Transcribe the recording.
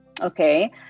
Okay